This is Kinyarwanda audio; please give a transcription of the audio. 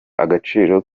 agaciro